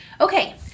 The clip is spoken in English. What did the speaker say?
Okay